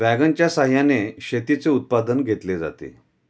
वॅगनच्या सहाय्याने शेतीचे उत्पादन घेतले जाते